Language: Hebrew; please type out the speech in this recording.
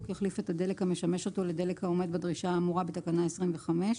יחליף את הדלק המשמש אותו לדלק העומד בדרישה האמורה בתקנה 25,